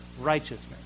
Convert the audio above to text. righteousness